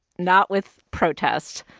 not with protest,